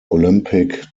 olympic